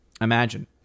Imagine